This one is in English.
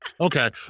Okay